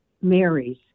Marys